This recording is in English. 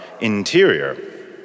interior